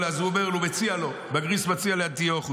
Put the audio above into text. אז הוא אומר לו, מציע לו, בגריס מציע לאנטיוכוס: